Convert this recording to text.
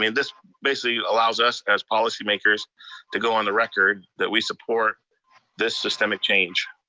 i mean this basically allows us as policy makers to go on the record that we support this systemic change.